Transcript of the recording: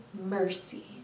mercy